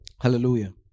Hallelujah